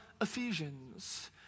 Ephesians